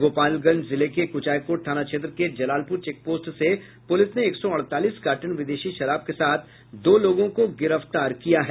गोपालगंज जिले के कुचायकोट थाना क्षेत्र के जलालपुर चेक पोस्ट से पूलिस ने एक सौ अड़तालीस कार्टन विदेशी शराब के साथ दो लोगों को गिरफ्तार किया है